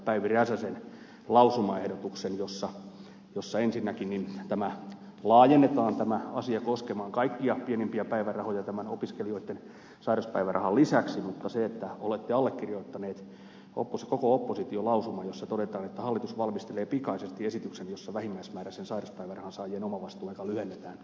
päivi räsäsen lausumaehdotuksen jossa ensinnäkin laajennetaan tämä asia koskemaan kaikkia pienimpiä päivärahoja tämän opiskelijoitten sairauspäivärahan lisäksi ja että olette allekirjoittaneet koko oppositio lausuman jossa todetaan että hallitus valmistelee pikaisesti esityksen jossa vähimmäismääräisen sairauspäivärahan saajien omavastuuaikaa lyhennetään